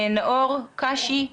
נאור קאשי,